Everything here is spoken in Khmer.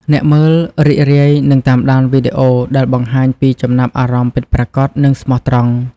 អ្នកមើលរីករាយនឹងតាមដានវីដេអូដែលបង្ហាញពីចំណាប់អារម្មណ៍ពិតប្រាកដ និងស្មោះត្រង់។